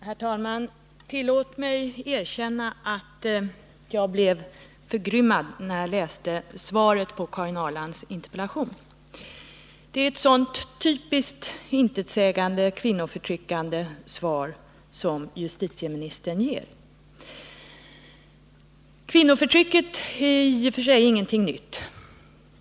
Herr talman! Tillåt mig erkänna att jag blev förgrymmad när jag läste svaret på Karin Ahrlands interpellation. Det är ett så typiskt intetsägande och kvinnoförtryckande svar som justitieministern ger. Kvinnoförtryck är i och för sig ingenting nytt.